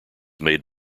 made